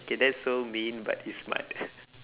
okay that's so mean but it's smart